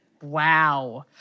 Wow